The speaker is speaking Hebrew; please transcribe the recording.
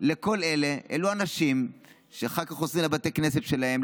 לכל אלה אלו אנשים שאחר כך חוזרים לבתי הכנסת שלהם,